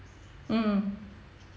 mm